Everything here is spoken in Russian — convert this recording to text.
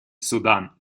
судан